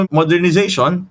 modernization